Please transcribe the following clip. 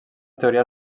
teoria